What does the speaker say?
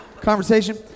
conversation